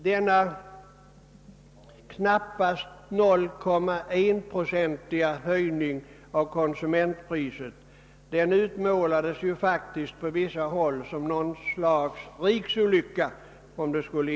Denna knappt 0,1-procentiga höjning av konsumentpriserna utmålades faktiskt på vissa håll som något slags riksolycka.